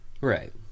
Right